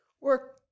work